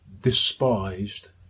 despised